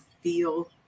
feel